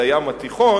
על הים התיכון,